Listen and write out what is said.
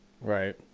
Right